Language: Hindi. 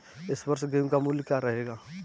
इस वर्ष गेहूँ का मूल्य क्या रहेगा?